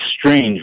strange